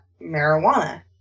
marijuana